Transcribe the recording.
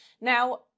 Now